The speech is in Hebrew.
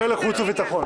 מיכאל מלכיאלי,